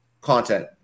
content